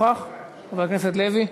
350 מוכנים לתת בלי חוק.